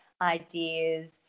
ideas –